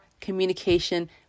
communication